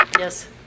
Yes